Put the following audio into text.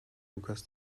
lukas